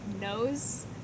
knows